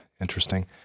interesting